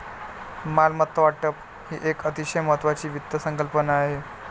मालमत्ता वाटप ही एक अतिशय महत्वाची वित्त संकल्पना आहे